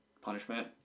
punishment